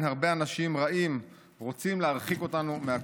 הרבה אנשים רעים רוצים להרחיק אותנו מהכותל.